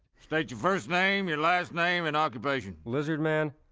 state your first name, your last name, and occupation. lizard man,